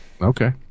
Okay